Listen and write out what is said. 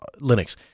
linux